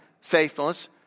faithfulness